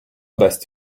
дасть